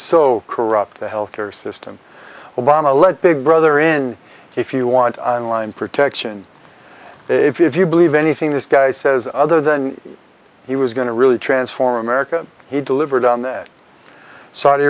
so corrupt the health care system obama let big brother in if you want on line protection if you believe anything this guy says other than he was going to really transform america he delivered on this saudi